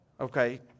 Okay